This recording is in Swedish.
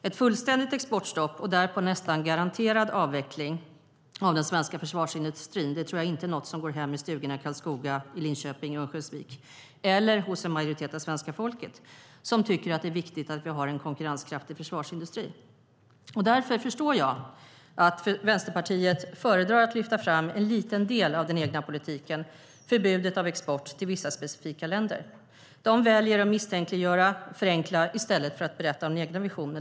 Ett fullständigt exportstopp och därpå en nästan garanterad avveckling av den svenska försvarsindustrin tror jag inte är något som går hem i stugorna i Karlskoga, Linköping och Örnsköldsvik eller hos en majoritet av svenska folket, som tycker att det är viktigt att vi har en konkurrenskraftig försvarsindustri. Därför förstår jag att Vänsterpartiet föredrar att lyfta fram en liten del av den egna politiken: förbudet av export till vissa specifika länder. De väljer att misstänkliggöra och förenkla i stället för att berätta om den egna visionen.